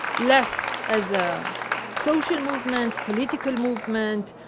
less as a social movement, political movement,